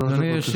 שלוש דקות לרשותך.